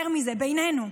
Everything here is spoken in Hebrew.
יותר מזה, בינינו,